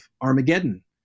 Armageddon